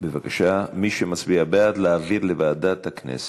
בבקשה, מי שמצביע בעד, להעביר לוועדת הכנסת,